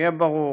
שיהיה ברור,